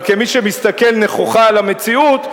אבל כמי שמסתכל נכוחה על המציאות,